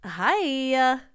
Hi